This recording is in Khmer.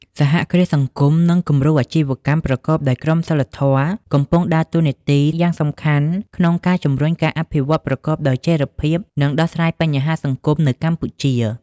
សហគ្រាសសង្គមនិង គំរូអាជីវកម្មប្រកបដោយក្រមសីលធម៌កំពុងដើរតួនាទីយ៉ាងសំខាន់ក្នុងការជំរុញការអភិវឌ្ឍប្រកបដោយចីរភាព និងដោះស្រាយបញ្ហាសង្គមនៅកម្ពុជា ។